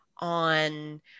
on